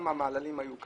כמה מעללים היו,